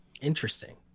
Interesting